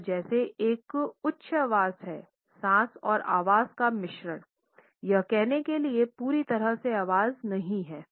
यह जैसे एक उच्छ्वास है सांस और आवाज़ का मिश्रण यह कहने के लिए पूरी तरह से आवाज़ नहीं है